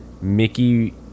Mickey